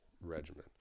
regimen